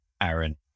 Aaron